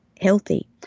Healthy